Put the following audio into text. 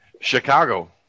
Chicago